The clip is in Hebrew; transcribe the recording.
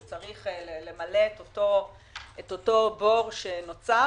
שצריך למלא את הבור שנוצר,